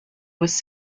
was